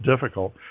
difficult